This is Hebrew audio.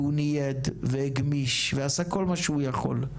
והוא נייד והגמיש ועשה כל מה שהוא יכול,